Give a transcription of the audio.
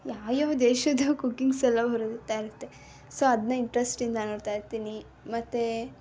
ಯಾವ್ಯಾವ ದೇಶದ್ದು ಕುಕ್ಕಿಂಗ್ಸೆಲ್ಲ ಬರುತ್ತಾ ಇರುತ್ತೆ ಸೊ ಅದನ್ನೇ ಇಂಟ್ರೆಸ್ಟಿಂದ ನೋಡ್ತಾಯಿರ್ತೀನಿ ಮತ್ತೆ